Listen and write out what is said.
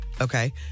Okay